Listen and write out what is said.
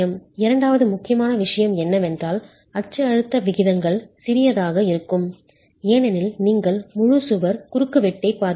இரண்டாவது முக்கியமான விஷயம் என்னவென்றால் அச்சு அழுத்த விகிதங்கள் சிறியதாக இருக்கும் ஏனெனில் நீங்கள் முழு சுவர் குறுக்குவெட்டைப் பார்க்கிறீர்கள்